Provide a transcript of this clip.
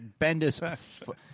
Bendis